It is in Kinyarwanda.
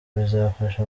bizafasha